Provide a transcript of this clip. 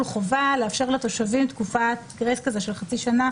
חובה נאפשר לתושבים תקופת גרייס של חצי שנה